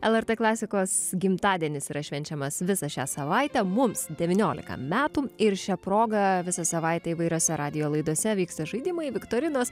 lrt klasikos gimtadienis yra švenčiamas visą šią savaitę mums devyniolika metų ir šia proga visą savaitę įvairiose radijo laidose vyksta žaidimai viktorinos